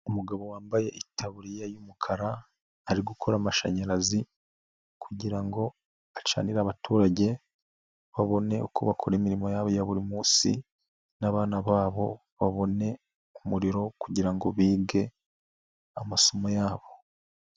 Umugabo wambaye itaburiya y'umukara ari gukora amashanyarazi kugira ngo acanire abaturage babone uko bakora imirimo yabo ya buri munsi n'abana babo babone umuriro kugira ngo bige amasomo yabo.